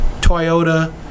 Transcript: Toyota